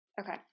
Okay